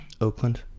Oakland